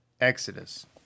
Exodus